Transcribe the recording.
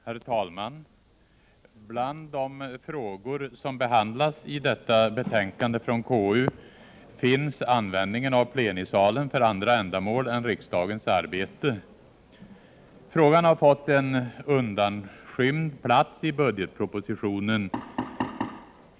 Herr talman! Bland de frågor som behandlas i detta betänkande från konstitutionsutskottet finns användningen av plenisalen för andra ändamål än riksdagens arbete. Frågan har fått en undanskymd plats i budgetpropositionen.